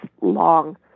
long